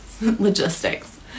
logistics